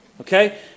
okay